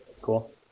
cool